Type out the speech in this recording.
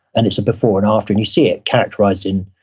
and it's a before and after. and you see it characterized in